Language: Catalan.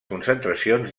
concentracions